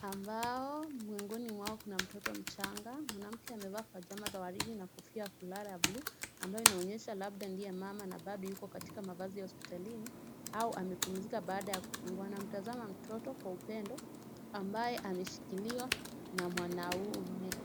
ambao miongoni mwao kuna mtoto mchanga, mwanamke amevaa pajama za waridi na kofia ya kulala ya buluu ambayo inaonyesha labda ndiye mama na bado yuko katika mavazi ya hosipitalini au amepumzika baada ya kudungwa. Anamtazama mtoto kwa upendo ambaye ameshikilia na mwanaume.